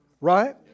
Right